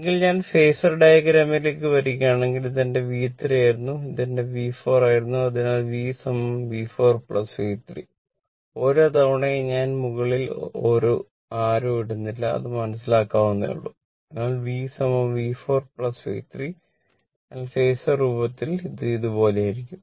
എങ്കിൽ ഞാൻ ഫേസർ രൂപത്തിൽ ഇത് ഇതുപോലെയായിരിക്കും